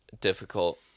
difficult